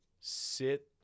sit